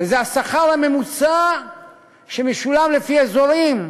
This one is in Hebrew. וזה השכר הממוצע שמשולם לפי אזורים,